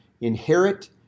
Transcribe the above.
inherit